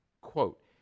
Quote